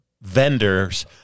vendors